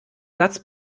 satz